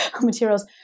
materials